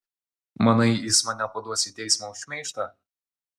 manai jis mane paduos į teismą už šmeižtą